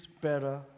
better